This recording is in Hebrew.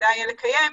שכדאי לקיים,